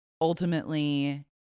ultimately